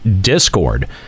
discord